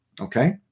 okay